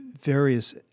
various